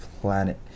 planet